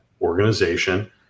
organization